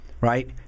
right